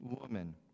woman